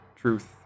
truth